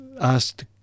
asked